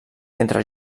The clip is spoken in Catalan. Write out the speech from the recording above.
entre